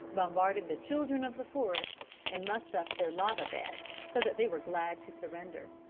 bombarded the children of the forest and mussed up their lava-beds so that they were glad to surrender.